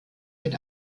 mit